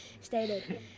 stated